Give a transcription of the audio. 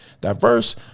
diverse